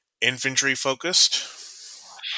infantry-focused